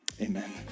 amen